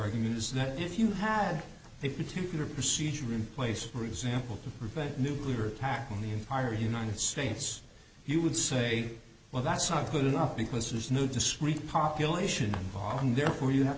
opinion is that if you had a particular procedure in place for example to prevent nuclear attack on the entire united states you would say well that's not good enough because there's no discrete population volume therefore you have